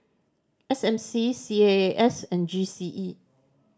S M C C A A S and G C E